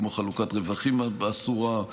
כמו חלוקת רווחים אסורה,